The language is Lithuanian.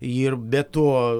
ir be to